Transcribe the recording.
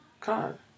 God